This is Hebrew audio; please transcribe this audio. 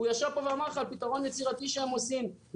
הוא ישב פה ואמר לך על פתרון יצירתי שהם עושים.